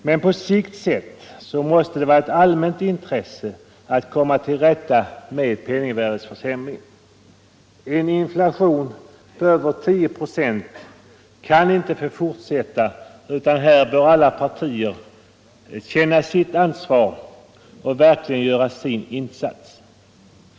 Men på sikt sett så måste det vara ett allmänt starkt intresse att komma till rätta med penningvärdeförsämringen. En inflation på över 10 procent kan inte få fortsätta, utan här bör alla partier känna sitt ansvar och verkligen göra sin insats.